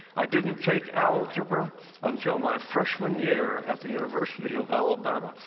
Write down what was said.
i didn't take algebra until my freshman year at the university of alabama.